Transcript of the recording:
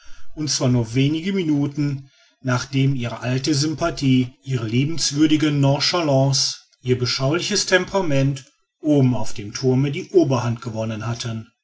und zwar nur wenige minuten nachdem ihre alte sympathie ihre liebenswürdige nonchalance ihr beschauliches temperament oben auf dem thurme die oberhand gewonnen hatten